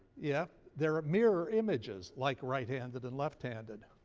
yeah, they're mirror images, like right-handed and left-handed.